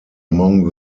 among